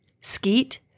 skeet